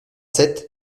sept